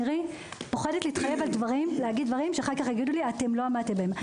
אני פוחדת להתחייב על דברים שאחר כך יגידו לי לא עמדתם בהם.